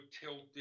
tilted